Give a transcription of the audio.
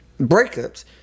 breakups